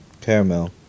Caramel